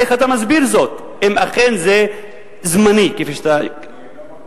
איך אתה מסביר זאת אם אכן זה זמני, כפי שאתה אומר?